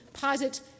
posit